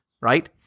right